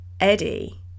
Eddie